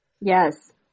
Yes